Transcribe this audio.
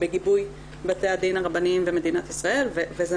בגיבוי בתי הדין הרבניים במדינת ישראל וזו